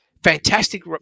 Fantastic